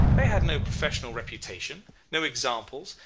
they had no professional reputation no examples,